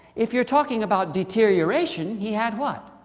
if you're talking about deterioration, he had what.